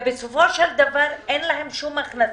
בסופו של דבר אין להם שום הכנסה.